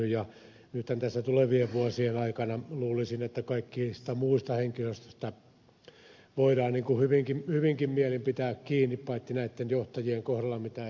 ja nythän tässä tulevien vuosien aikana luulisin kaikesta muusta henkilöstöstä voidaan hyvilläkin mielin pitää kiinni paitsi näitten johtajien kohdalla mitä ed